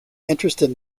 interested